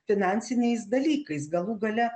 finansiniais dalykais galų gale